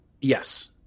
Yes